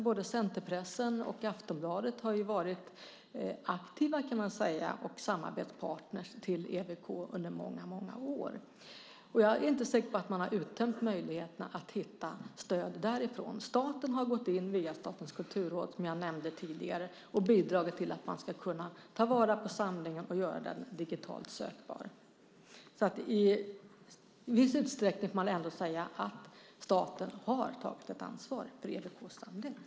Både centerpressen och Aftonbladet har, kan man säga, varit aktiva och samarbetspartner till EWK under många, många år. Jag är inte säker på att man uttömt möjligheterna att söka stöd därifrån. Staten har gått in via Statens kulturråd, som jag nämnde tidigare, och bidragit till att de ska kunna ta vara på samlingen och göra den digitalt sökbar. I viss utsträckning får man säga att staten trots allt tagit ett ansvar för EWK:s samling.